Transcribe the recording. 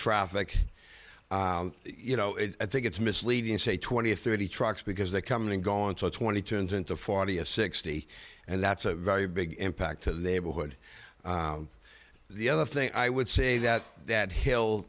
traffic you know it's i think it's misleading to say twenty or thirty trucks because they come and gone to twenty turns into forty a sixty and that's a very big impact to the neighborhood the other thing i would say that that hill